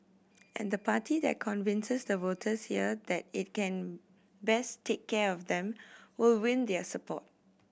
and the party that convinces the voters here that it can best take care of them will win their support